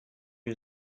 you